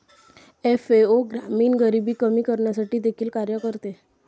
FAO ग्रामीण गरिबी कमी करण्यासाठी देखील कार्य करते